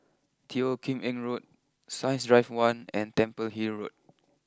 Teo Kim Eng Road Science Drive one and Temple Hill Road